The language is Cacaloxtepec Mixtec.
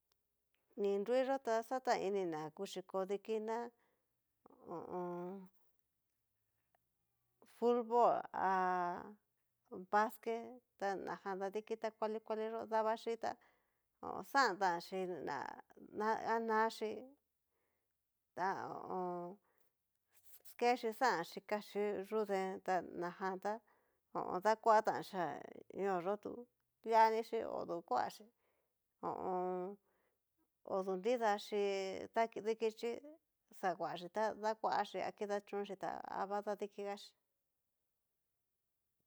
Ni nruyó ta xatainina kuxhi kodikiná futbol, a básquet ta najan dadiki ta kuali kuali yó, daxhi ta xantan chí na anaxhí ta ho o on. kechí xan yikachí yudeen, ta najan ta dakua tanxía ñóo yó tu lianixhi odu kuaxhí ho o on. odu nridaxhi dadiki xhi xa kuaxhi ta dakuachí, a kidachonxhi ta va dadikigaxhí.